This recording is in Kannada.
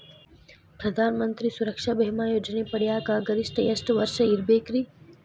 ಪ್ರಧಾನ ಮಂತ್ರಿ ಸುರಕ್ಷಾ ಭೇಮಾ ಯೋಜನೆ ಪಡಿಯಾಕ್ ಗರಿಷ್ಠ ಎಷ್ಟ ವರ್ಷ ಇರ್ಬೇಕ್ರಿ?